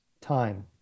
time